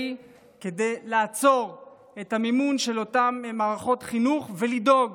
כדי לעצור את המימון של אותן מערכות חינוך ולדאוג